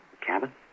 Cabin